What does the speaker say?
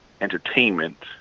entertainment